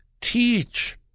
teach